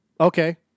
Okay